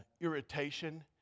irritation